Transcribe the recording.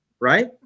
right